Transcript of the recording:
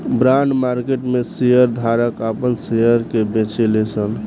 bond market में share धारक आपन शेयर के बेचेले सन